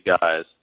guys